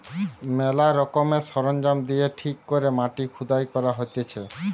ম্যালা রকমের সরঞ্জাম দিয়ে ঠিক করে মাটি খুদাই করা হতিছে